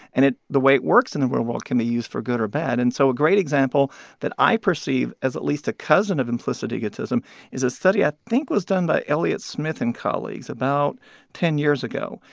and it the way it works in the real world can be used for good or bad and so a great example that i perceive as at least a cousin of implicit egotism is a study i think was done by eliot smith and colleagues about ten years ago.